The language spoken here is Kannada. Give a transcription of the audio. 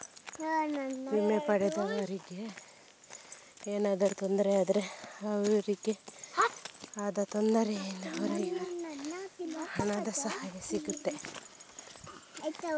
ವಿಮೆ ಪಡೆದವರಿಗೆ ಏನಾದ್ರೂ ತೊಂದ್ರೆ ಆದ್ರೆ ಅವ್ರಿಗೆ ಆದ ತೊಂದ್ರೆಯಿಂದ ಹೊರಗೆ ಬರ್ಲಿಕ್ಕೆ ಹಣದ ಸಹಾಯ ಸಿಗ್ತದೆ